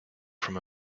from